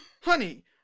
Honey